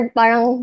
parang